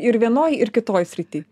ir vienoj ir kitoj srity